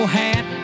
hat